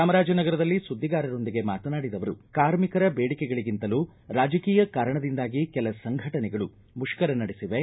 ಚಾಮರಾಜನಗರದಲ್ಲಿ ಸುದ್ದಿಗಾರರೊಂದಿಗೆ ಮಾತನಾಡಿದ ಅವರು ಕಾರ್ಮಿಕ ಬೇಡಿಕೆಗಳಿಗಿಂತಲೂ ರಾಜಕೀಯ ಕಾರಣದಿಂದಾಗಿ ಕೆಲ ಸಂಘಟನೆಗಳು ಮುಷ್ಕರ ನಡೆಸಿವೆ